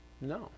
No